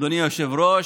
אדוני היושב-ראש,